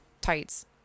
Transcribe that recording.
tights